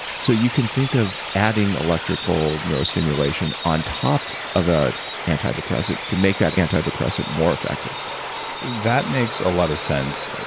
so, you can think of adding electrical neurostimulation on top of a antidepressant, to make that antidepressant more effective that makes a lot of sense,